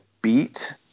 beat